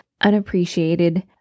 unappreciated